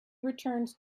returned